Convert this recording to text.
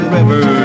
River